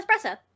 Espresso